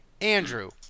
Andrew